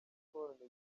sports